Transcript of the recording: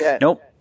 Nope